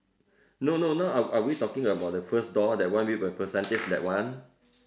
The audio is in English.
no no now are we talking about the first door the one with the percentage that one